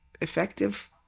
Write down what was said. effective